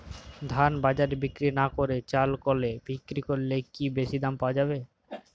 ধান বাজারে বিক্রি না করে চাল কলে বিক্রি করলে কি বেশী দাম পাওয়া যাবে?